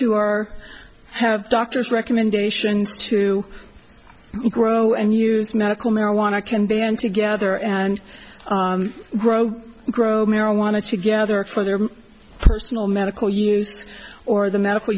who are have doctors recommendations to grow and use medical marijuana can band together and grow and grow marijuana together for their personal medical use or the medical